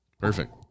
Perfect